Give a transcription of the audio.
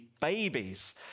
babies